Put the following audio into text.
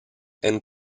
and